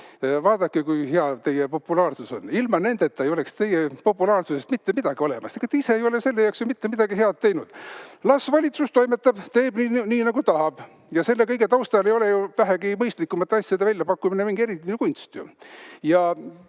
Vaadake, kui hea teie populaarsus on, ilma nendeta ei oleks teie populaarsusest mitte midagi olemas. Te ise ei ole selle jaoks ju mitte midagi head teinud. Las valitsus toimetab, teeb nii, nagu tahab. Selle kõige taustal ei ole vähegi mõistlikumate asjade väljapakkumine ju mingi eriline kunst.